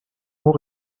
mot